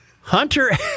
Hunter